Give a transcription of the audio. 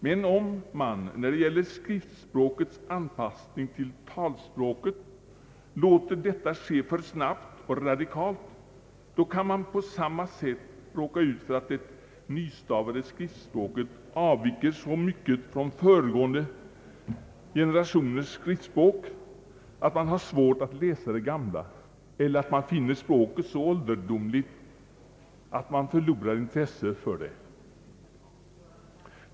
Men om man låter skriftspråkets anpassning till talspråket ske för snabbt och radikalt, kan man på samma sätt råka ut för att det nystavade skriftspråket avviker så mycket från de föregående generationernas skriftspråk att man har svårt att läsa det gamla eller att man finner språket så ålderdomligt att man förlorar intresset för det.